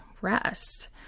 rest